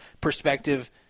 perspective